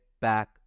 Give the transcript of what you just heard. back